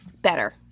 better